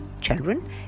children